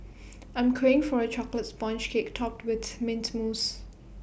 I'm craving for A Chocolate Sponge Cake Topped with Mint Mousse